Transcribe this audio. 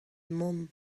mont